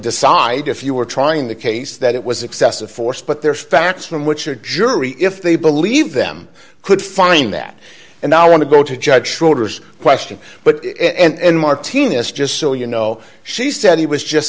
decide if you were trying the case that it was excessive force but there are facts from which are jury if they believe them could find that and i want to go to judge schroeder's question but and martinez just so you know she said he was just